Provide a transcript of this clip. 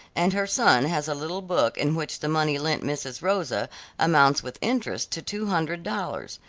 and her son has a little book in which the money lent mrs. rosa amounts with interest to two hundred dollars.